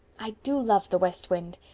i do love the west wind.